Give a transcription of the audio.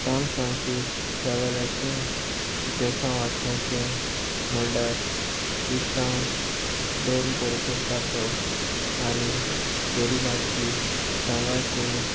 सांत फ्रांसीस सेवेराचें इतिहासांव आसलें तें म्हूणल्यार क्रिस्तांव दोन परपोटपाचो आनी गोरिबाची सांबाळ करूंक